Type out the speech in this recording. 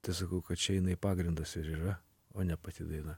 tai sakau kad čia jinai pagrindas ir yra o ne pati daina